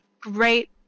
great